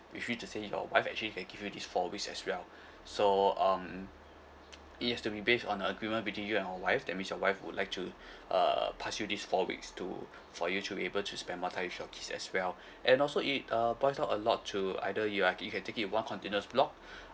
which mean to say your wife actually can give you these four weeks as well so um it has to be based on the agreement between you and your wife that means your wife would like to uh pass you these four weeks to for you to be able to spend more time with your kids as well and also it uh boils down a lot to either you are it you can take it in one continuous block